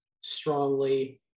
strongly